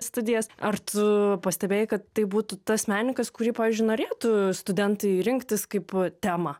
studijas ar tu pastebėjai kad tai būtų tas menininkas kurį pavyzdžiui norėtų studentai rinktis kaip temą